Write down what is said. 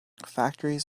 factories